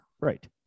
Right